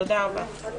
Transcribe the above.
תודה רבה.